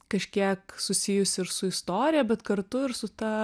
kažkiek susijusi ir su istorija bet kartu ir su ta